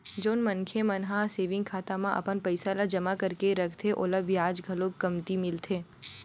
जउन मनखे मन ह सेविंग खाता म अपन पइसा ल जमा करके रखथे ओला बियाज घलो कमती मिलथे